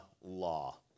law